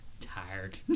tired